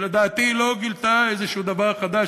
שלדעתי לא גילתה איזה דבר חדש,